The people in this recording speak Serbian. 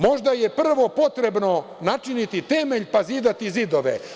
Možda je prvo potrebno načiniti temelj, pa zidati zidove.